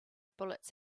bullets